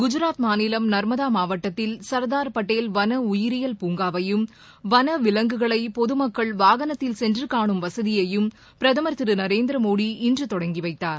குஜராத் மாநிலம் நர்மதா மாவட்டத்தில் சர்தார் பட்டேல் வன உயிரியல் பூங்காவையும் வன விலங்குகளை பொது மக்கள் வாகனத்தில் சென்று காணும் வசதியையும் பிரதமர் திரு நரேந்திர மோடி இன்று தொடங்கி வைத்தார்